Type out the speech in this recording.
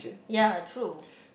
ya true